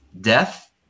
death